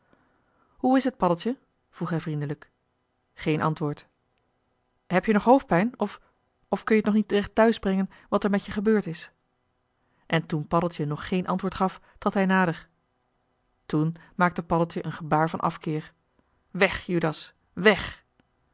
hoe is het paddeltje vroeg hij vriendelijk geen antwoord heb-je nog hoofdpijn of of kun-je het nog niet recht thuisbrengen wat er met je gebeurd is en toen paddeltje nog geen antwoord gaf trad hij nader toen maakte paddeltje een gebaar van afkeer weg judas weg